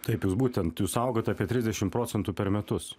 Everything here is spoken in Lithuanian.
taip jūs būtent jūs augat apie trisdešim procentų per metus